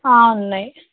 ఉన్నాయి